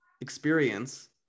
experience